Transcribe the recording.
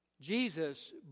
Jesus